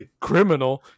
Criminal